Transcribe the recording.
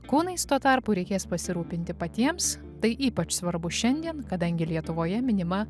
kūnais tuo tarpu reikės pasirūpinti patiems tai ypač svarbu šiandien kadangi lietuvoje minima